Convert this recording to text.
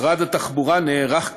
אבל הציבור לא חשוף למידע הזה של